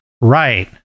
Right